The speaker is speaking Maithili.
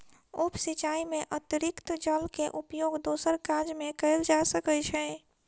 उप सिचाई में अतरिक्त जल के उपयोग दोसर काज में कयल जा सकै छै